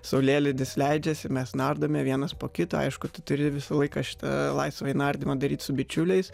saulėlydis leidžiasi mes nardome vienas po kito aišku tu turi visą laiką šitą laisvąjį nardymą daryti su bičiuliais